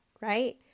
right